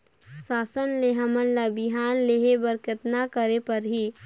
शासन से हमन ला बिहान लेहे बर कतना करे परही?